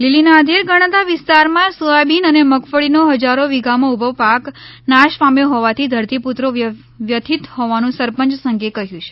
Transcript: લીલી નાઘેર ગણાતા વિસ્તારમાં સોથાબિન અને મગફળીનો હજારો વીઘામાં ઊભો પાક નાશ પામ્યો હોવાથી ધરતીપુત્રો વ્યથિત હોવાનું સરપંચ સંઘે કહ્યું છે